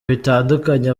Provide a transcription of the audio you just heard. bitandukanye